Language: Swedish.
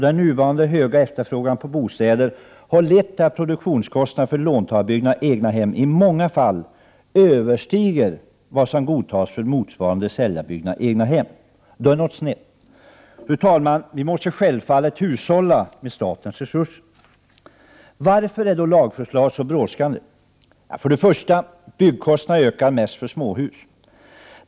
Den nuvarande höga efterfrågan på bostäder har lett till att produktionskostnaderna för låntagarbyggda egnahem i många fall överstiger vad som godtas för motsvarande säljarbyggda egnahem. Då är det något som är snett. Fru talman! Vi måste hushålla med statens resurser. Varför är då lagförslaget så brådskande? För det första ökar byggkostnaderna mest för småhus.